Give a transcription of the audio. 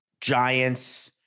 Giants